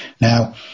Now